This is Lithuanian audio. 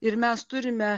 ir mes turime